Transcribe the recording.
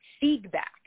feedback